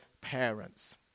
parents